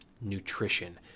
nutrition